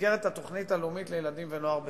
במסגרת התוכנית הלאומית לילדים ונוער בסיכון.